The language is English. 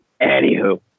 Anywho